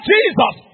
Jesus